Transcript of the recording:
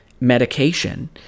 medication